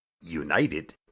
united